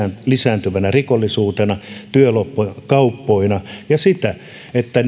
lisääntyvänä rikollisuutena työlupakauppoina ja siinä että